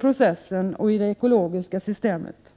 processen och i det ekologiska systemet.